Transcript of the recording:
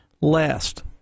Last